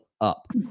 up